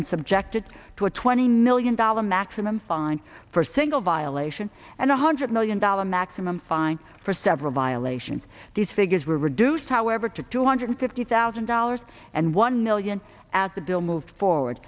been subjected to a twenty million dollar maximum fine for single violation and one hundred million dollar maximum fine for several violations these figures were reduced however to two hundred fifty thousand dollars and one million as the bill moved forward